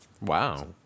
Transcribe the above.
Wow